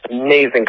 amazing